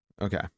Okay